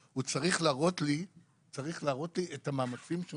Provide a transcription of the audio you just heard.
הוא צריך להראות לי את המאמצים שהוא